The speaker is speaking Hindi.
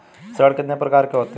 ऋण कितने प्रकार के होते हैं?